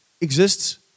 exists